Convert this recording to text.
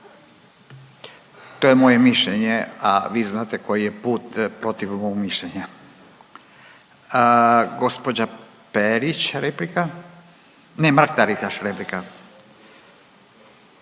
To je moje mišljenje, a vi znate koji je put protiv mog mišljenja. Gospođa Perić, replika. Ne, Mrak-Taritaš, replika.